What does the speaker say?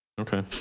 Okay